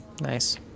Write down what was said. nice